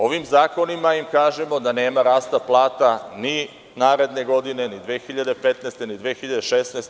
Ovim zakonima im kažemo da nema rasta plata ni naredne godine, ni 2015, ni 2016.